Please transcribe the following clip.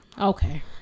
Okay